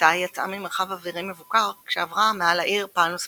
הטיסה יצאה ממרחב אווירי מבוקר כשעברה מעל העיר פאלם ספרינגס.